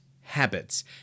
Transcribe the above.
habits